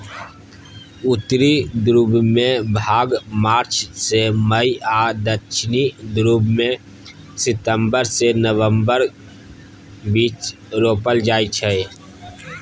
उत्तरी ध्रुबमे भांग मार्च सँ मई आ दक्षिणी ध्रुबमे सितंबर सँ नबंबरक बीच रोपल जाइ छै